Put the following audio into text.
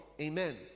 Amen